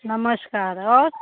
नमस्कार और